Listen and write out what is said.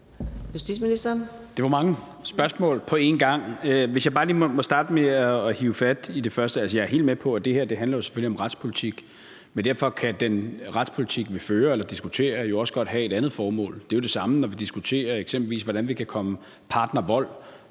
Det var mange spørgsmål på en gang. Hvis jeg bare lige må starte med at hive fat i det første. Altså, jeg er helt med på, at det her selvfølgelig handler om retspolitik, men derfor kan den retspolitik, vi fører eller diskuterer, jo også godt have et andet formål. Det er jo det samme, når vi eksempelvis diskuterer, hvordan vi kan komme partnervold